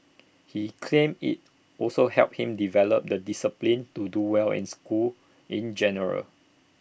he claims IT also helped him develop the discipline to do well in school in general